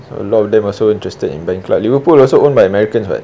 a lot of them also interested in buying club liverpool also owned by americans [what]